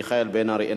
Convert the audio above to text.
מיכאל בן-ארי,